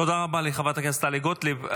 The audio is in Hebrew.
תודה רבה לחברת הכנסת טלי גוטליב.